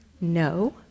No